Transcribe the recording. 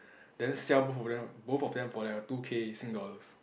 then sell both both of them for like a two K Sing dollars